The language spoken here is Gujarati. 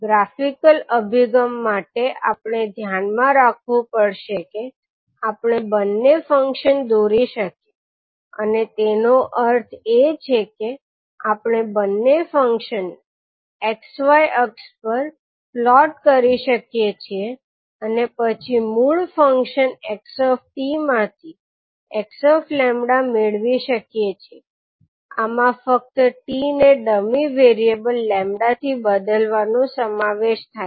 ગ્રાફિકલ અભિગમ માટે આપણે ધ્યાનમાં રાખવું પડશે કે આપણે બંને ફંક્શન દોરી શકીએ અને તેનો અર્થ એ કે આપણે બંને ફંક્શનને x y અક્ષ પર પ્લોટ કરી શકીએ છીએ અને પછી મૂળ ફંક્શન 𝑥𝑡 માંથી 𝑥𝜆 મેળવી શકીએ છીએ આમાં ફક્ત t ને ડમી વેરીએબલ 𝜆 થી બદલવાનો સમાવેશ થાય છે